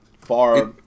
far